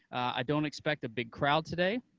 i don't expect a big crowd today,